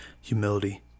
humility